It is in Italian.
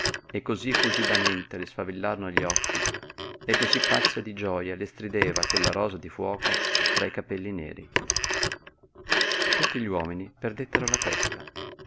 e cosí fulgidamente le sfavillarono gli occhi e cosí pazza di gioja le strideva quella rosa di fuoco tra i capelli neri tutti gli uomini perdettero la testa